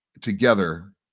together